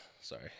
sorry